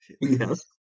Yes